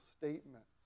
statements